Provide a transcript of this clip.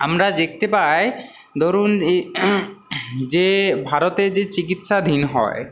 আমরা দেখতে পাই ধরুন এই যে ভারতের যে চিকিৎসাধীন হয়